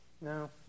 No